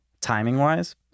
timing-wise